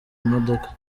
imodoka